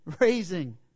raising